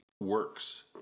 works